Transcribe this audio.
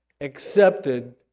accepted